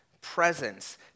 presence